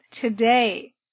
today